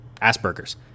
Asperger's